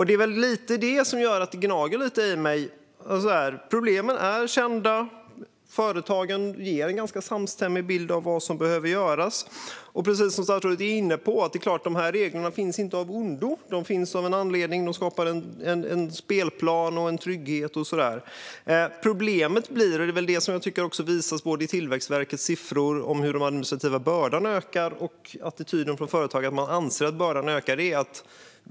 Det som gnager lite i mig är att problemen är kända, och företagen ger en ganska samstämmig bild av vad som behöver göras. Precis som statsrådet är inne på är det klart att reglerna inte är av ondo. De finns av en anledning. De skapar en spelplan och en trygghet. Problemet visar sig i Tillväxtverkets siffror över hur den administrativa bördan ökar och om attityden i företag till att bördan ökar.